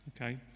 okay